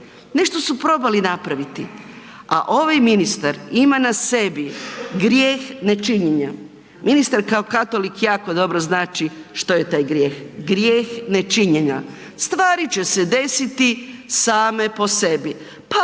nešto su probali napraviti, a ovaj ministar ima na sebi grijeh nečinjenja. Ministar kao katolik jako dobro zna što je taj grijeh, grijeh nečinjenja. Stvari će se desiti same po sebi,